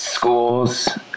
School's